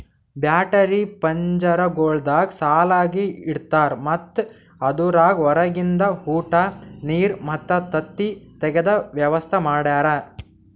battery ಪಂಜರಗೊಳ್ದಾಗ್ ಸಾಲಾಗಿ ಇಡ್ತಾರ್ ಮತ್ತ ಅದುರಾಗ್ ಹೊರಗಿಂದ ಉಟ, ನೀರ್ ಮತ್ತ ತತ್ತಿ ತೆಗೆದ ವ್ಯವಸ್ತಾ ಮಾಡ್ಯಾರ